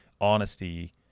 honesty